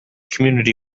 community